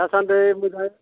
दासान्दै मोजाङै